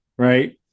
right